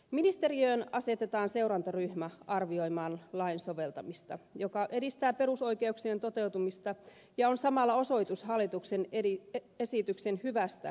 ministeriöön asetetaan seurantaryhmä arvioimaan lain soveltamista mikä edistää perusoikeuksien toteutumista ja on samalla osoitus hallituksen esityksen hyvästä kokonaisuudesta